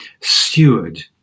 steward